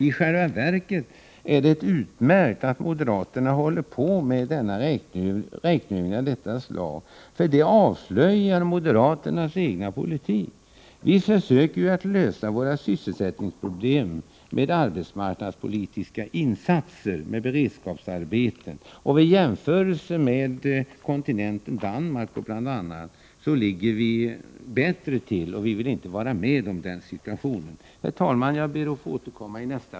I själva verket är det utmärkt att moderaterna håller på med räkneövningar av detta slag, för det avslöjar moderaternas egen politik. Vi försöker att lösa våra sysselsättningsproblem med arbetsmarknadspolitiska insatser såsom beredskapsarbeten och annat. En jämförelse med t.ex. Danmark visar att vi när det gäller arbetslösheten har en gynnsammare utveckling. Men en arbetsmarknadspolitik av borgerlig modell skulle medföra en politik som är lik den man för i Danmark, vilket vi inte skulle kunna acceptera.